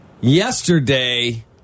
Yesterday